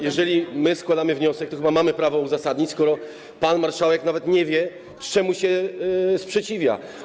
Jeżeli składamy wniosek, to chyba mamy prawo uzasadnić, skoro pan marszałek nawet nie wie, czemu się sprzeciwia.